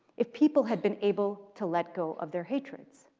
if people had been able to let go of their hatreds.